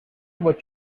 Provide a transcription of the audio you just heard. what